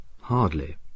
Hardly